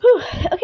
okay